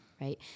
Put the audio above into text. right